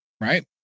right